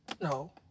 no